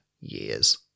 years